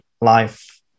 life